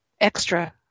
extra